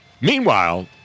Meanwhile